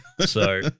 So-